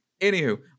anywho